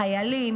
חיילים,